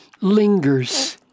lingers